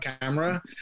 camera